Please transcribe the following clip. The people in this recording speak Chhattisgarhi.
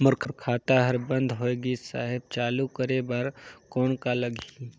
मोर खाता हर बंद होय गिस साहेब चालू करे बार कौन का लगही?